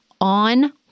on